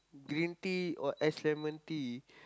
green tea or ice lemon tea